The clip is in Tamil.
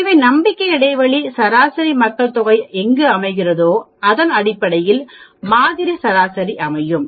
எனவே நம்பிக்கை இடைவெளி சராசரி மக்கள் தொகை எங்கு அமைகிறதோ அதன் அடிப்படையில் மாதிரி சராசரி அமையும்